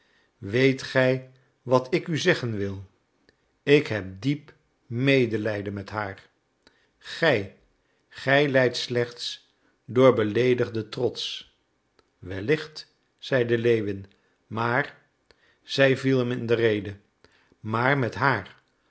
weet gij wat ik u zeggen wil ik heb diep medelijden met haar gij gij lijdt slechts door beleedigden trots wellicht zeide lewin maar zij viel hem in de rede maar met haar